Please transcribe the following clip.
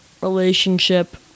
relationship